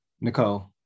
Nicole